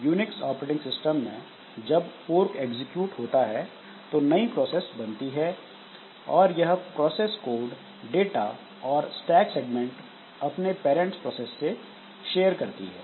Unix operating system में जब fork execute होता है तो नई प्रोसेस बनती है और यह प्रोसेस कोड डाटा और स्टैक सेग्मेंट अपने पेरेंट्स प्रोसेस से शेयर करती है